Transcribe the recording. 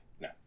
No